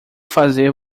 fazer